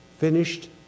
Finished